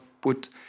put